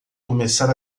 começar